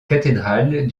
cathédrale